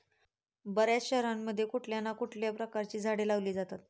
बर्याच शहरांमध्ये कुठल्या ना कुठल्या प्रकारची झाडे लावली जातात